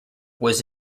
was